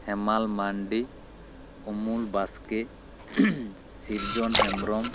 ᱦᱮᱢᱟᱞ ᱢᱟᱱᱰᱤ ᱩᱢᱩᱞ ᱵᱟᱥᱠᱮ ᱥᱤᱨᱡᱚᱱ ᱦᱮᱢᱵᱨᱚᱢ